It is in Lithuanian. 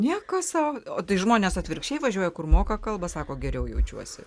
nieko sau o tai žmonės atvirkščiai važiuoja kur moka kalbą sako geriau jaučiuosi